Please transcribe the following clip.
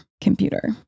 computer